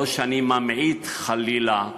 לא שאני ממעיט, חלילה,